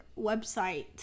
website